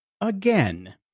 again